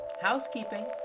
housekeeping